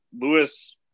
Lewis